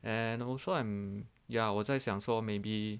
and also I'm ya 我在想说 maybe